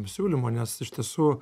siūlymo nes iš tiesų